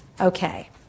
Okay